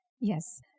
Yes